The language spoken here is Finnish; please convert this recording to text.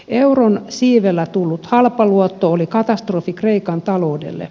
euron siivellä tullut halpaluotto oli katastrofi kreikan taloudelle